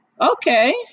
Okay